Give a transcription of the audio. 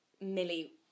Millie